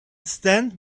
stand